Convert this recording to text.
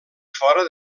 fora